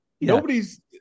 Nobody's